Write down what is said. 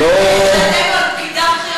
לא נראה לי שמתאים שנגיד מה דעתנו על פקידה בכירה,